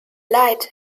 leid